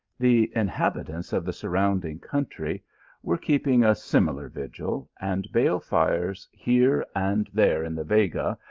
the inhabitants of the surrounding country were keeping a similar vigil, and bale fires here and there in the vega,